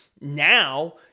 now